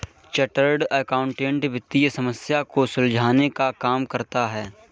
chartered accountant वित्तीय समस्या को सुलझाने का काम करता है